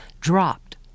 dropped